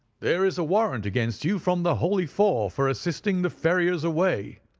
there is a warrant against you from the holy four for assisting the ferriers away.